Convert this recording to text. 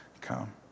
come